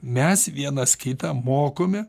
mes vienas kitą mokome